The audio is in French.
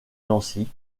nancy